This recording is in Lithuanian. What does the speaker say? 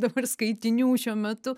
dabar skaitinių šiuo metu